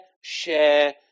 share